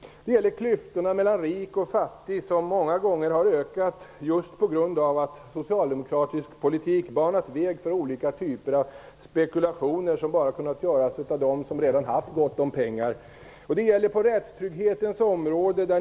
Det gäller klyftorna mellan rik och fattig, som många gånger har ökat just på grund av att socialdemokratisk politik banat väg för olika typer av spekulation som bara kunnat göras av dem som redan har gott om pengar. Det gäller också på rättstrygghetens område.